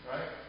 Right